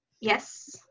Yes